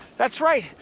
that's right,